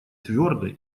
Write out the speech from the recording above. твердой